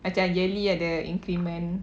macam yearly ada increment